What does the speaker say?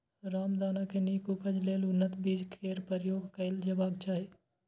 रामदाना के नीक उपज लेल उन्नत बीज केर प्रयोग कैल जेबाक चाही